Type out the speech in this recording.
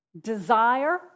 desire